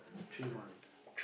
three months